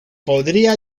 podría